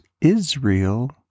Israel